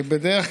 הבריאות,